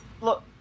Look